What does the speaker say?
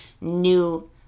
new